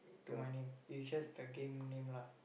to my name is just the game name lah